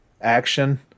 action